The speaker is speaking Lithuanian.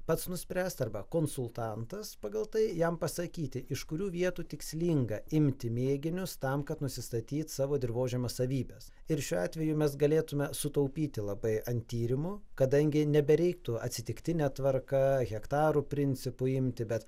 pats nuspręst arba konsultantas pagal tai jam pasakyti iš kurių vietų tikslinga imti mėginius tam kad nusistatyt savo dirvožemio savybes ir šiuo atveju mes galėtume sutaupyti labai ant tyrimų kadangi nebereiktų atsitiktine tvarka hektarų principu imti bet